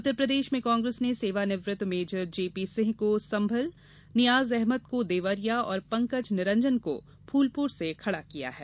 उत्तर प्रदेश में कांग्रेस ने सेवानिवृत्त मेजर जेपीसिंह को संभल नियाज अहमद को देवरिया और पंकज निरंजन को फूलपुर से खड़ा किया है